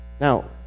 Now